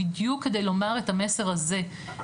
בדיוק כדי לומר את המסר הזה,